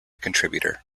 contributor